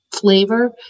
flavor